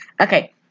Okay